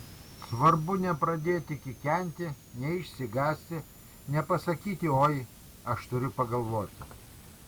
svarbu nepradėti kikenti neišsigąsti nepasakyti oi aš turiu pagalvoti